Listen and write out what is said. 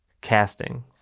casting